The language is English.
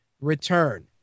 return